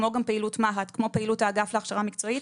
כמו גם פעילות מה"ט וכמו פעילות האגף להכשרה מקצועית.